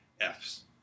F's